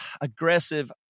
aggressive